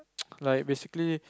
like basically